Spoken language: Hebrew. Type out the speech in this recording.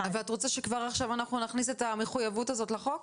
את רוצה שכבר עכשיו אנחנו נכניס את המחויבות הזאת לחוק?